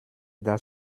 das